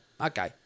Okay